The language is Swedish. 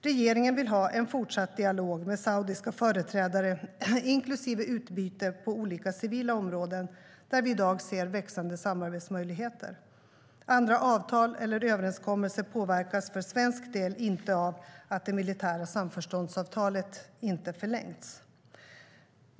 Regeringen vill ha en fortsatt dialog med saudiska företrädare, inklusive utbyte på olika civila områden där vi i dag ser växande samarbetsmöjligheter. Andra avtal eller överenskommelser påverkas för svensk del inte av att det militära samförståndsavtalet inte förlängts.